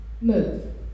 move